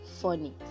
funny